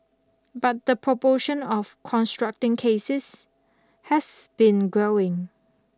but the proportion of constructing cases has been growing